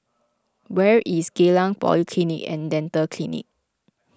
where is Geylang Polyclinic and Dental Clinic